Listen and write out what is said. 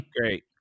Great